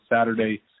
Saturday